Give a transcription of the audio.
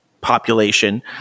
population